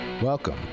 Welcome